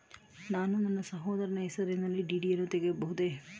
ನಾನು ನನ್ನ ಸಹೋದರನ ಹೆಸರಿನಲ್ಲಿ ಡಿ.ಡಿ ಯನ್ನು ತೆಗೆಯಬಹುದೇ?